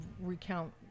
recount